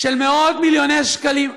של מאות מיליוני שקלים,